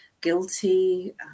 guilty